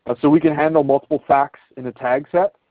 but so we can handle multiple facts in a tag set.